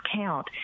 count